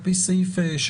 הפנייה על פי סעיף 16(א)(10),